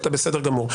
בסדר גמור.